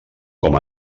com